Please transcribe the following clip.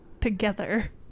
together